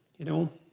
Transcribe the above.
you know,